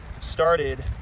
started